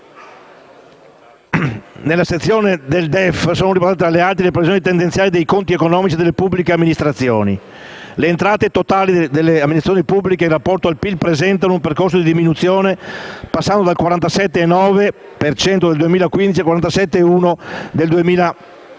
seconda sezione del DEF sono riportate, fra le altre, le previsioni tendenziali dei conti economici delle pubbliche amministrazioni. Le entrate totali delle amministrazioni pubbliche in rapporto al PIL presentano un percorso di diminuzione, passando dal 47,9 per cento registrato nel 2015